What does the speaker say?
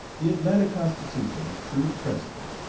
the atlanta constitution, true to principle,